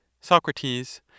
Socrates